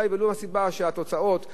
שהתוצאות והאווירה,